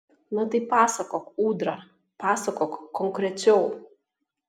na tai pasakok ūdra pasakok konkrečiau